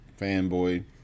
fanboy